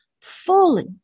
fully